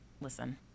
Listen